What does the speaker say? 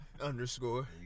underscore